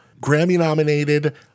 Grammy-nominated